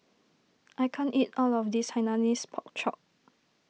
I can't eat all of this Hainanese Pork Chop